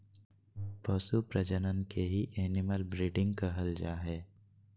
पशु प्रजनन के ही एनिमल ब्रीडिंग कहल जा हय